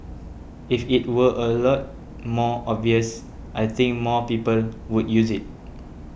if it were a lot more obvious I think more people would use it